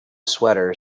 sweater